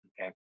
Okay